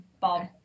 Bob